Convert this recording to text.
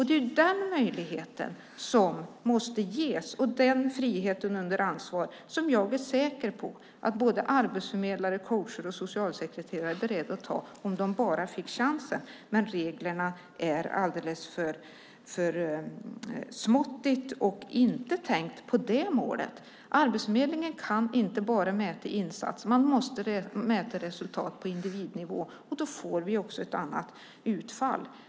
Det är den möjligheten och den friheten under ansvar som måste ges, och jag är säker på att både arbetsförmedlare, coacher och socialsekreterare är beredda att ta den om de bara får chansen. Reglerna är dock alldeles för småttiga och inte tänkta för det målet. Arbetsförmedlingen ska inte mäta enbart insatser utan måste även mäta resultat på individnivå. Då får vi också ett annat utfall.